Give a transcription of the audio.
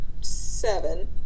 seven